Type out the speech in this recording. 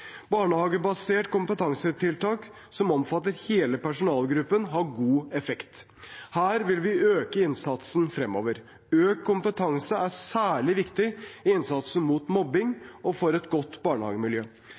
kompetansetiltak som omfatter hele personalgruppen, har god effekt. Her vil vi øke innsatsen fremover. Økt kompetanse er særlig viktig i innsatsen mot